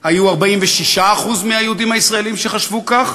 היו 46% מהיהודים הישראלים שחשבו כך,